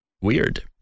Weird